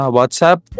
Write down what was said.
WhatsApp